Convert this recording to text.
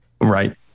Right